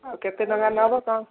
ଆଉ କେତେ ଟଙ୍କା ନେବ କ'ଣ